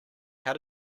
how